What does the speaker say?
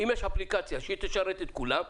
אם יש אפליקציה שתשרת את כולם,